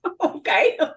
Okay